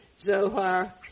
Zohar